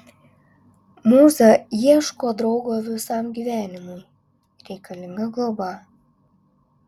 mūza ieško draugo visam gyvenimui reikalinga globa